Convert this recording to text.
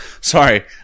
Sorry